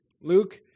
Luke